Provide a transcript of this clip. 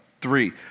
three